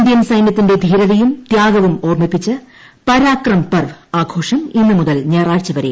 Indian സൈന്യത്തിന്റെ ധീരതയും തൃാഗവും ഓർമ്മിപ്പിച്ച് പരാക്രം പർവ് ആഘോഷം ഇന്നു മുതൽ ഞായറാഴ്ചവരെ നടക്കും